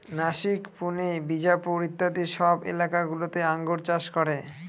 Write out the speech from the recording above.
নাসিক, পুনে, বিজাপুর ইত্যাদি সব এলাকা গুলোতে আঙ্গুর চাষ করে